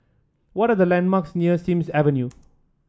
what are the landmarks near Sims Avenue